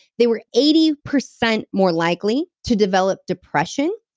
they were eighty percent more likely to develop depression,